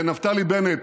נפתלי בנט,